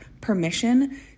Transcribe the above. permission